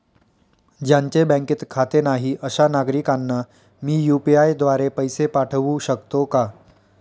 ज्यांचे बँकेत खाते नाही अशा नागरीकांना मी यू.पी.आय द्वारे पैसे पाठवू शकतो का?